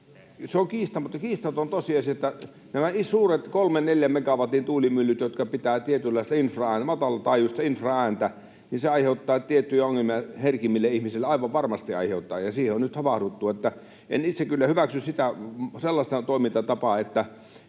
Se on kiista, mutta kiistaton tosiasia on, että nämä suuret, kolmen neljän megawatin tuulimyllyt, jotka pitää tietynlaista matalataajuista infraääntä, aiheuttavat tiettyjä ongelmia herkimmille ihmisille, aivan varmasti aiheuttavat, ja siihen on nyt havahduttu. Itse en kyllä hyväksy sitä sellaista toimintatapaa, että